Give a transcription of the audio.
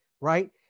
right